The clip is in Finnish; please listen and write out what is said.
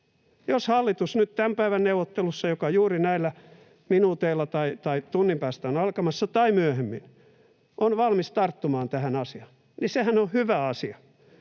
Jos hallitus nyt tämän päivän neuvottelussa, joka juuri näillä minuuteilla, tai tunnin päästä, on alkamassa, tai myöhemmin on valmis tarttumaan tähän asiaan, niin sehän on hyvä asia.